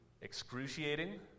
excruciating